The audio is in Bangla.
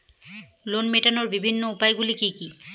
লোন মেটানোর বিভিন্ন উপায়গুলি কী কী?